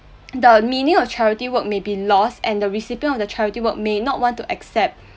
the meaning of charity work may be lost and the recipient of the charity work may not want to accept